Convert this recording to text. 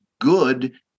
good